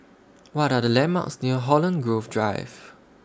What Are The landmarks near Holland Grove Drive